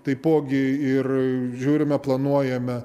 taipogi ir žiūrime planuojame